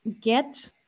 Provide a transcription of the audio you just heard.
get